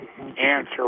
answer